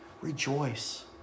Rejoice